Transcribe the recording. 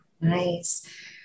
Nice